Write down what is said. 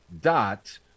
dot